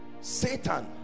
satan